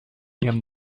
ihrem